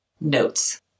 notes